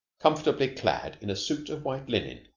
comfortably clad in a suit of white linen,